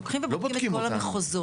לוקחים ובודקים את כל המחוזות.